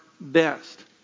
best